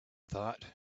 thought